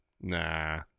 Nah